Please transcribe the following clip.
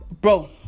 Bro